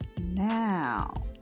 Now